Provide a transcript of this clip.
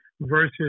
versus